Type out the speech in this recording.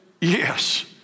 Yes